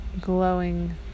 glowing